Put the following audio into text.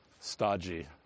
stodgy